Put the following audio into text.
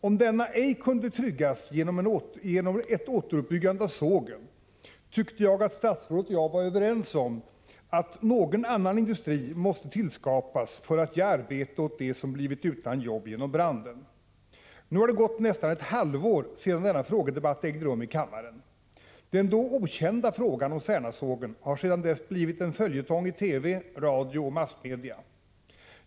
Om denna ej kunde tryggas genom ett återuppbyggande av sågen tyckte jag att statsrådet och jag var överens om att någon annan industri måste tillskapas för att ge arbete åt dem som blivit utan jobb genom branden. Nu har det gått nästan ett halvår sedan denna frågedebatt ägde rum i kammaren. Den då okända frågan om Särnasågen har sedan dess blivit en följetong i TV, radio och massmedia.